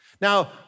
Now